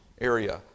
area